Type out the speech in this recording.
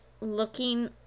looking